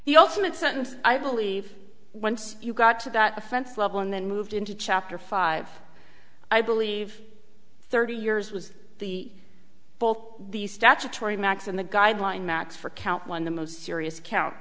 sentence i believe once you got to that offense level and then moved into chapter five i believe thirty years was the both the statutory max and the guideline max for count one the most serious count